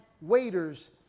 Waiters